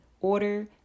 order